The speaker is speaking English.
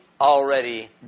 already